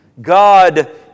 God